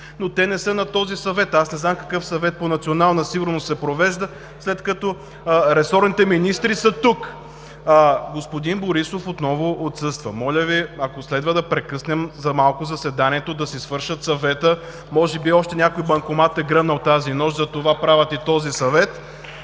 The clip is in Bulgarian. но те не са на този Съвет. Аз не знам какъв Съвет по национална сигурност се провежда, след като ресорните министри са тук, а господин Борисов отново отсъства. Моля Ви, ако следва да прекъснем за малко заседанието, да си свършат Съвета. Може би още някой банкомат е гръмнал тази нощ, затова правят и този Съвет